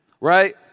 Right